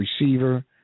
receiver